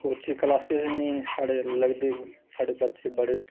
coaching classes बी नीं साढ़ै लगदियां साढ़े बच्चे बड़े